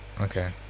okay